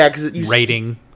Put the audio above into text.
rating